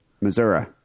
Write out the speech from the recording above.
Missouri